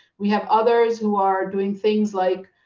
we have others who are doing things like